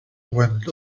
wind